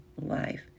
life